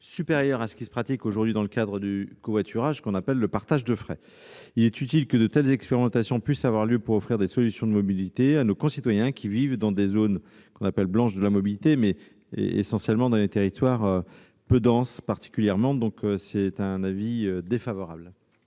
supérieure à ce qui se pratique aujourd'hui dans le cadre du covoiturage, ce que l'on appelle le partage de frais. Il est utile que de telles expérimentations puissent avoir lieu pour offrir des solutions de mobilité à nos concitoyens qui vivent dans les « zones blanches de la mobilité », à savoir, essentiellement, les territoires peu denses. La commission a donc émis un avis défavorable